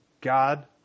God